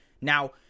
Now